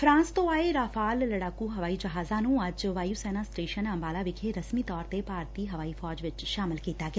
France ਤੋਂ ਆਏ Rafale ਲੜਾਕੁ ਹਵਾਈ ਜਹਾਜ਼ਾਂ ਨੂੰ ਅੱਜ ਵਾਯੁ ਸੈਨਾ ਸਟੇਸ਼ਨ ਅੰਬਾਲਾ ਵਿਖੇ ਰਸਮੀ ਤੌਰ ਤੇ ਭਾਰਤੀ ਹਵਾਈ ਫੌਜ ਚ ਸ਼ਾਮਲ ਕੀਤਾ ਗਿਆ